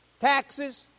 Taxes